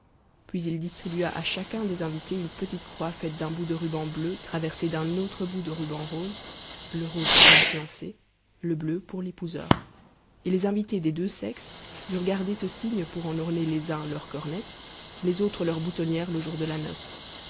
puis il distribua à chacun des invités une petite croix faite d'un bout de ruban bleu traversé d'un autre bout de ruban rose le rose pour la fiancée le bleu pour l'épouseur et les invités des deux sexes durent garder ce signe pour en orner les uns leur cornette les autres leur boutonnière le jour de la noce